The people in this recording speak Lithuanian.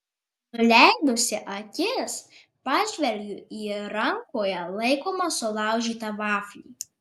nuleidusi akis pažvelgiu į rankoje laikomą sulaužytą vaflį